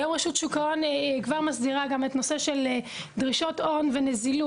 היום רשות שוק ההון כבר מסדירה גם את הנושא של דרישות הון ונזילות.